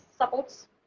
supports